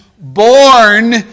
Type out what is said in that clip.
born